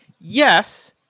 yes